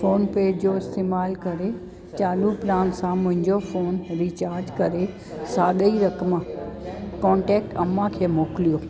phone पे जो इस्तेमालु करे चालू प्लान सां मुंहिंजो फोन रीचार्ज करे साॻी ई रक़म कोन्टेक्ट अमां खे मोकिलियो